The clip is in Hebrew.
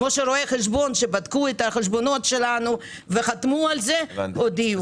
כמו שרואי החשבון שבדקו את החשבונות שלנו וחתמו על זה הודיעו,